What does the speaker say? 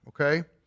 okay